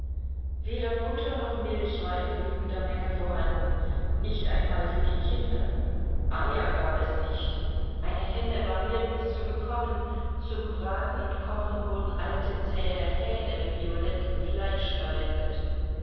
weder butter noch milch war in genügender menge vorhanden nicht einmal für die kinder eier gab es nicht eine henne war nirgends zu bekommen zum braten und kochen wurden alte zähe hähne mit violettem fleisch verwendet